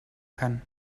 kann